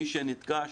מי שנתקע שם,